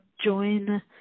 join